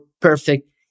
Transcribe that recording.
perfect